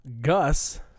Gus